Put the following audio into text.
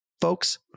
folks